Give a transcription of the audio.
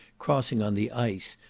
crossing on the ice,